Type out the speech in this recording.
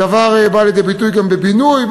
הדבר בא לידי ביטוי גם בבינוי,